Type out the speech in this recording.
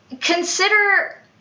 consider